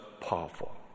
powerful